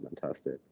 fantastic